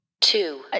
Two